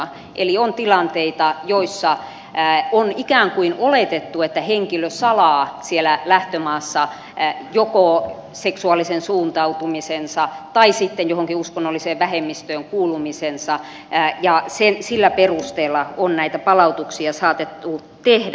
eli on tilanteita joissa on ikään kuin oletettu että henkilö salaa siellä lähtömaassa joko seksuaalisen suuntautumisensa tai sitten johonkin uskonnolliseen vähemmistöön kuulumisensa ja sillä perusteella on näitä palautuksia saatettu tehdä